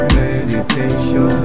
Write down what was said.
meditation